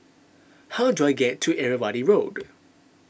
how do I get to Irrawaddy Road